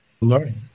learning